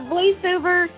Voiceover